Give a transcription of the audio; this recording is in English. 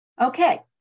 Okay